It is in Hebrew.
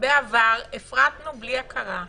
בעבר הפרטנו בלי הכרה,